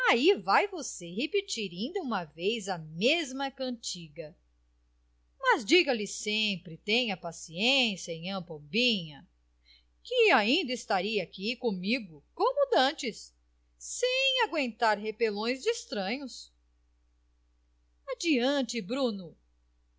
vai você repetir inda uma vez a mesma cantiga mas diga-lhe sempre tenha paciência nhã pombinha que ainda estaria aqui comigo como dantes sem agüentar repelões de estranhos adiante bruno